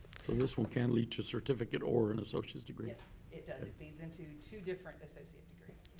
so this one can lead to certificate or an associates degree? yes. it does, it leads into two different associate degrees.